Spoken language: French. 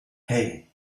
hey